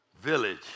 village